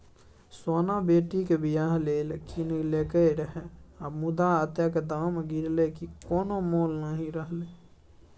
सोना बेटीक बियाह लेल कीनलकै रहय मुदा अतेक दाम गिरलै कि कोनो मोल नहि रहलै